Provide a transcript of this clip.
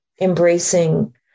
embracing